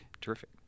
Terrific